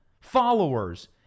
followers